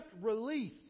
release